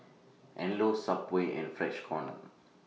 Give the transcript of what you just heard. Anello Subway and Freshkon